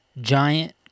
giant